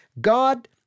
God